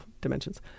dimensions